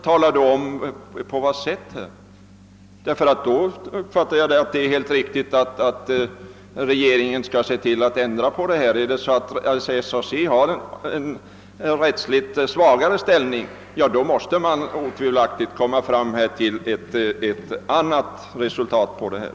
Tala då om på vad sätt detta har visat sig! Om SAC verkligen har en rättsligt svagare ställning, måste regeringen otvivelaktigt se till att en ändring kommer till stånd.